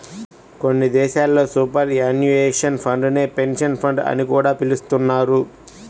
కొన్ని దేశాల్లో superannuation fund నే పెన్షన్ ఫండ్ అని కూడా పిలుస్తున్నారు